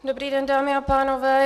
Dobrý den, dámy a pánové.